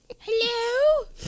Hello